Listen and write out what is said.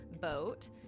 boat